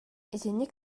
итинник